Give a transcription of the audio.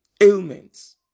ailments